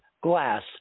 glass